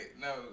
no